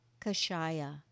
kashaya